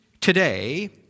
today